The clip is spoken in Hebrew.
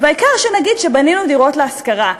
והעיקר שנגיד שבנינו דירות להשכרה,